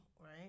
right